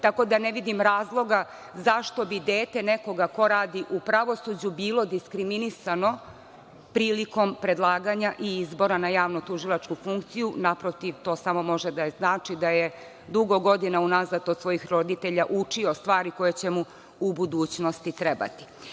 tako da ne vidim razloga zašto bi dete nekoga ko radi u pravosuđu bilo diskriminisano prilikom predlaganja i izbora na javno-tužilačku funkciju. Naprotiv, to samo može da znači da je dugo godina unazad od svojih roditelja učio stvari koje će mu u budućnosti trebati. Dakle,